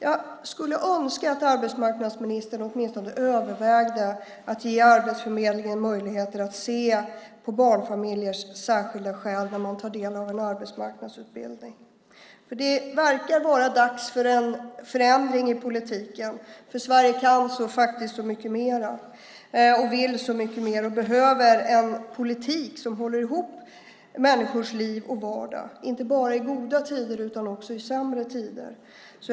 Jag skulle önska att arbetsmarknadsministern åtminstone övervägde att ge Arbetsförmedlingen möjligheter att se barnfamiljers särskilda skäl när föräldrar tar del av en arbetsmarknadsutbildning. Det verkar vara dags för en förändring i politiken, för Sverige kan faktiskt så mycket mer och vill så mycket mer. Sverige behöver en politik som håller ihop människors liv och vardag, inte bara i goda tider utan också i sämre tider.